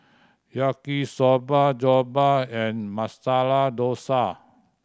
Yaki Soba Jokbal and Masala Dosa